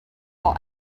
while